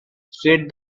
said